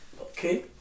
Okay